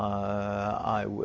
i